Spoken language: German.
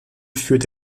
führt